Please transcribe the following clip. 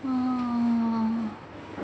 hmm